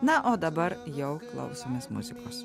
na o dabar jau klausomės muzikos